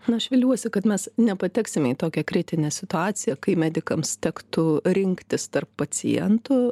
na aš viliuosi kad mes nepateksime į tokią kritinę situaciją kai medikams tektų rinktis tarp pacientų